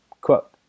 quote